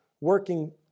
working